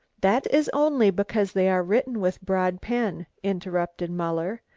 that is only because they are written with broad pen, interrupted muller,